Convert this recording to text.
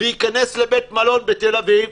להיכנס לבית מלון בתל אביב,